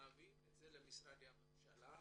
מביאים את זה למשרדי הממשלה,